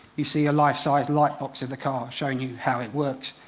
you see a life-sized light box of the car showing you how it works.